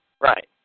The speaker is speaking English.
Right